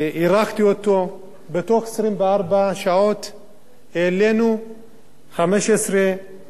בתוך 24 שעות העלינו 15 יהודי אתיופיה, אחינו,